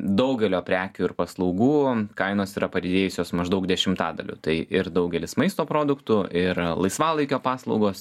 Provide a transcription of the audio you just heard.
daugelio prekių ir paslaugų kainos yra padidėjusios maždaug dešimtadaliu tai ir daugelis maisto produktų ir laisvalaikio paslaugos